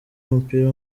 w’umupira